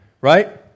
right